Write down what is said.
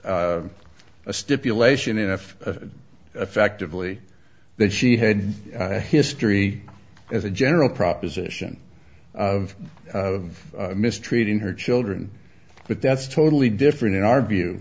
a stipulation enough effectively that she had a history as a general proposition of of mistreating her children but that's totally different in our view